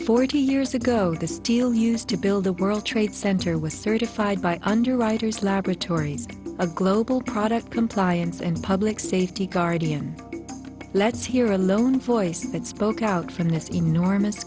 years ago the steel used to build the world trade center was certified by underwriters laboratories a global product compliance and public safety guardian let's hear a lone voice that spoke out from this enormous